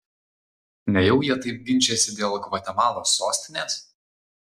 nejau jie taip ginčijasi dėl gvatemalos sostinės